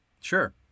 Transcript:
Sure